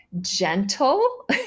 gentle